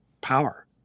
power